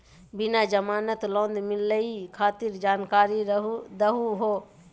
बिना जमानत लोन मिलई खातिर जानकारी दहु हो?